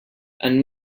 and